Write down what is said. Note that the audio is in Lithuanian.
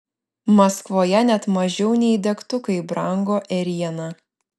maskvoje net mažiau nei degtukai brango ėriena